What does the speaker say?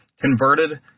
converted